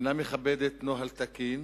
אינה מכבדת נוהל תקין,